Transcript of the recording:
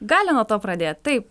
gali nuo to pradėt taip